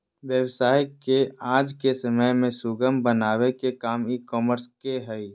व्यवसाय के आज के समय में सुगम बनावे के काम ई कॉमर्स के हय